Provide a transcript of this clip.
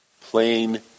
Plain